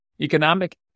economic